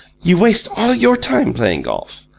you waste all your time playing golf.